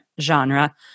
genre